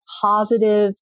positive